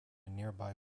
nearby